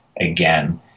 again